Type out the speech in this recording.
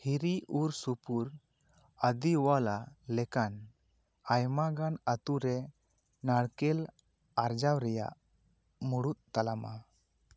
ᱦᱤᱨᱤ ᱩᱨ ᱥᱩᱯᱩᱨ ᱟᱫᱤᱳᱣᱟᱞᱟ ᱞᱮᱠᱟᱱ ᱟᱭᱢᱟ ᱜᱟᱱ ᱟᱹᱛᱩ ᱨᱮ ᱱᱟᱲᱠᱮᱞ ᱟᱨᱡᱟᱣ ᱨᱮᱭᱟᱜ ᱢᱩᱲᱩᱫ ᱛᱟᱞᱢᱟ